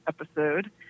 episode